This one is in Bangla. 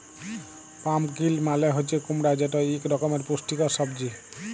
পাম্পকিল মালে হছে কুমড়া যেট ইক রকমের পুষ্টিকর সবজি